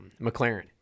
McLaren